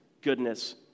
goodness